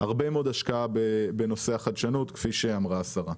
יש הרבה מאוד השקעה בנושא החדשנות כפי שאמרה השרה.